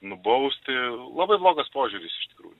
nubausti labai blogas požiūris iš tikrųjų